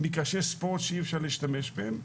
מגרשי ספורט שאי אפשר להשתמש בהם.